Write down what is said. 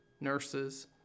nurses